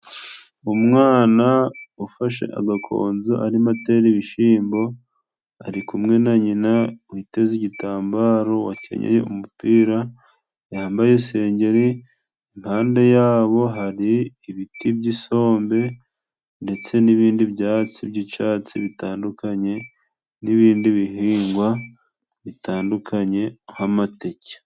Umwana ufashe agakonzo arimo atera ibishimbo ari kumwe na nyina witeze igitambaro, wakenyeye umupira, yambaye isengeri. Impande yabo hari ibiti by'isombe ,ndetse n'ibindi byatsi by'icatsi bitandukanye ,n'ibindi bihingwa bitandukanye nk'amateke.